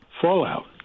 fallout